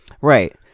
Right